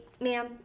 ma'am